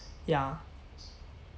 yeah